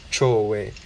throw away